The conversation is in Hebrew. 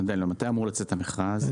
מתי אמור לצאת המכרז?